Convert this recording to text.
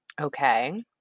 Okay